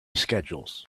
schedules